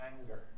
anger